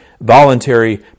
Voluntary